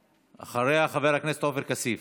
אחריה, חבר הכנסת עופר כסיף,